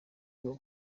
bwabo